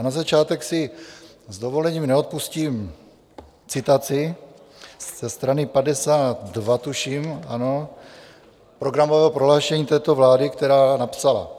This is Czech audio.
Na začátek si s dovolením neodpustím citaci ze strany 52 tuším, ano programového prohlášení této vlády, která napsala: